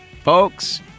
Folks